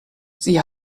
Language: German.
sie